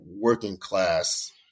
working-class